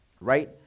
right